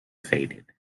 faded